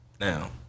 now